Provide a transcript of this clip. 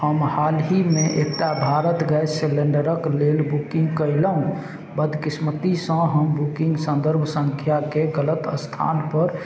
हम हालहिमे एकटा भारत गैस सिलेण्डरके लेल बुकिन्ग कएलहुँ बदकिस्मतीसँ हम बुकिन्ग सन्दर्भ सँख्याकेँ गलत अस्थानपर